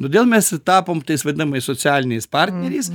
todėl mes ir tapom tais vadinamaisiais socialiniais partneriais